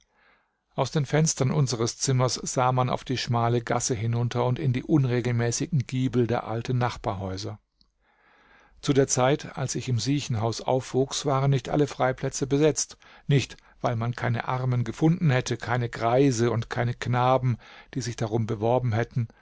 aus den fenstern unseres zimmers sah man auf die schmale gasse hinunter und in die unregelmäßigen giebel der alten nachbarhäuser zu der zeit als ich im siechenhaus aufwuchs waren nicht alle freiplätze besetzt nicht weil man keine armen gefunden hatte keine greise und keine knaben die sich darum beworben hätten